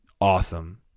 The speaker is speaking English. awesome